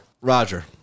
Roger